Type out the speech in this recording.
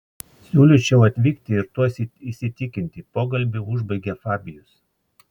siūlyčiau atvykti ir tuo įsitikinti pokalbį užbaigė fabijus